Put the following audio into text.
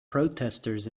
protesters